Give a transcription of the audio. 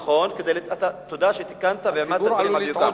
נכון, תודה שתיקנת, הציבור עלול לטעות